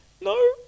no